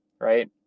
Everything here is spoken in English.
right